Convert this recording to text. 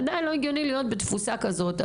עדיין זה לא הגיוני להיות בתפוסה כזו.